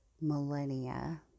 millennia